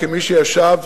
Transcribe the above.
כמי שישב,